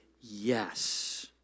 yes